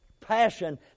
passion